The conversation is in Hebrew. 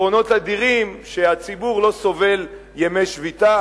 יתרונות אדירים שהציבור לא סובל מימי שביתה,